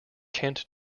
kent